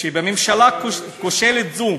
הממשלה הכושלת הזו